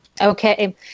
Okay